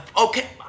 okay